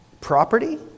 property